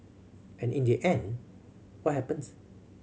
and in the end what happens